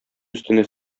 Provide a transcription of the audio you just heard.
өстенә